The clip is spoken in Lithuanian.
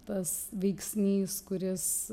tas veiksnys kuris